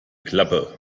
klappe